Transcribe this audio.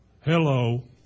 Hello